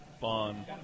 fun